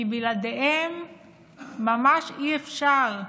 כי בלעדיהם ממש אי-אפשר,